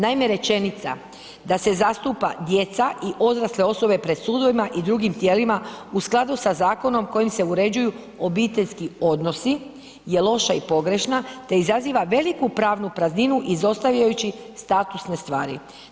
Naime, rečenica da se zastupa djeca i odrasle osobe pred sudovima i drugim tijelima u skladu sa zakonom kojim se uređuju obiteljski odnosi je loša i pogrešna te izaziva veliku pravnu prazninu izostavljajući statusne stvari.